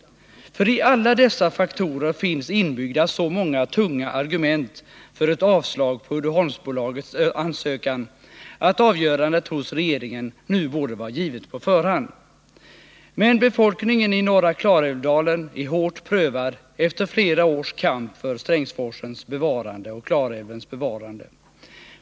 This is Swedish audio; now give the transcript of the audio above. I alla dessa faktorer finns ju inbyggda så många tunga argument för ett avslag på Uddeholmsbolagets ansökan att avgörandet hos regeringen nu borde vara givet på förhand. Men befolkningen i norra Klarälvsdalen är hårt prövad efter flera års kamp för Strängsforsens och Klarälvens bevarande.